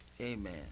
Amen